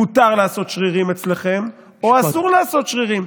מותר לעשות שרירים אצלכם או אסור לעשות שרירים,